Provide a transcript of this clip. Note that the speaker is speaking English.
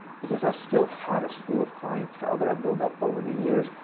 because i still had a slew of clientele that i've build up over the years.